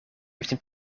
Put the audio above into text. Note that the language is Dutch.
heeft